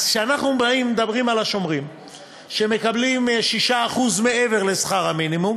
אז כשאנחנו באים ומדברים על השומרים שמקבלים 6% מעבר לשכר המינימום